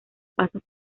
pasos